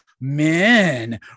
men